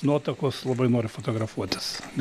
nuotakos labai nori fotografuotis